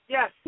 Yes